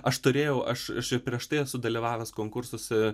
aš turėjau aš aš ir prieš tai esu dalyvavęs konkursuose